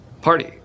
party